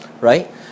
right